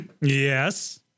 Yes